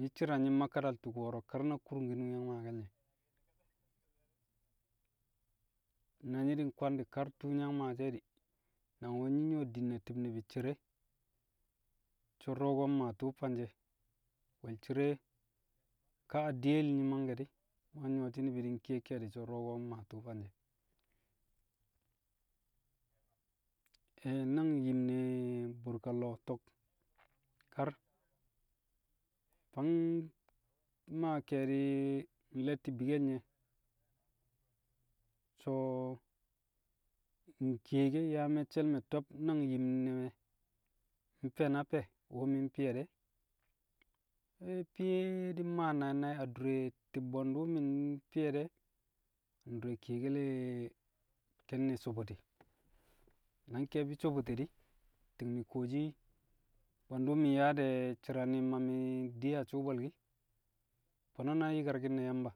Nyi̱ shi̱ra nyi̱ ma kadal tu̱ku̱ wo̱ro̱o kar na kurungkin wu̱ yang maake̱l nye̱. Na nyi̱ di̱ nkwandi̱ kar tṵṵ yi̱ yang maashi̱ e̱ di, nang wu̱ nyi̱ nyu̱wo̱ din ne ti̱b ni̱bi̱ cere, so̱ du̱ro̱ ko̱ mmaa tṵṵ fanshe̱ di̱, wẹl cire ka a diyel nyi̱ mangkẹ di̱, mu̱ yang nyu̱wo̱shi̱ ni̱bi̱ ke ke̱e̱di̱ so̱ du̱ro̱ ko̱ mmaa tṵṵ fanshe̱. nang yim ne̱ bu̱rka- lo̱o̱ to̱k kar fang maa ke̱e̱di̱ nle̱tti̱ bikkel nye̱ so̱ nkiye ke yaa me̱cce̱l me̱ tøb nang yim ne̱ nye̱, mfe̱ na fe̱ wu̱ mi̱ mfi̱ye̱ de̱. fiyel nye̱ di̱ mmaa nai̱ nai̱ adure ti̱b bwe̱ndu̱ mi̱ mfi̱ye̱ de̱. ndure kiyekele ke̱n ne̱ sobote. Nang nke̱e̱bi̱ sobote di̱, ti̱ng mi̱ kuwoshi bwe̱ndu̱ mi̱ nyaa de̱ shi̱rane̱ ma mi̱ di̱ a su̱u̱ bwe̱lki̱. Fo̱no̱ na yi̱karki̱n ne̱ Yamba.